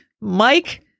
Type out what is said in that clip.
Mike